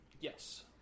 Yes